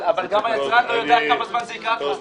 אבל גם היצרן לא יודע כמה זמן זה ייקח לו.